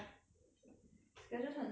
skechers 很舒服 for like